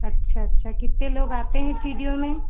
अच्छा अच्छा कित्ते लोग आते हैं टीडियो में